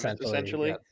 essentially